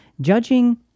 Judging